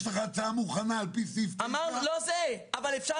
יש הצעה מוכנה על פי סעיף 9. אבל אפשר